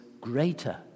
greater